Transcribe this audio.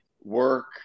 work